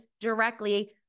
directly